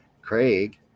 Craig